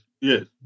yes